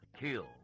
kill